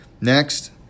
Next